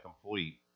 complete